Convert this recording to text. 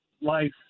life